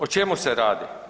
O čemu se radi?